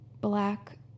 black